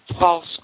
false